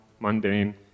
mundane